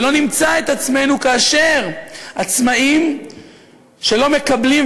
ולא נמצא את עצמנו כאשר עצמאים לא מקבלים,